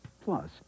Plus